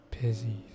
busy